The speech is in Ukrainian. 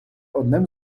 одним